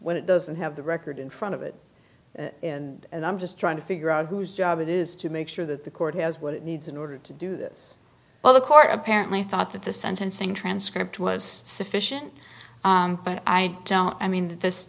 when it doesn't have the record in front of it and i'm just trying to figure out whose job it is to make sure that the court has what it needs in order to do this well the court apparently thought that the sentencing transcript was sufficient but i don't i mean th